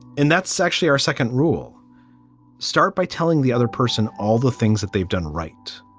and that's actually our second rule start by telling the other person all the things that they've done right.